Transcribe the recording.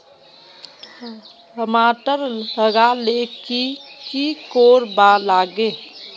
टमाटर लगा ले की की कोर वा लागे?